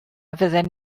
fydden